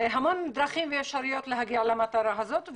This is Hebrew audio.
המון דרכים ואפשרויות להגיע למטרה הזאת.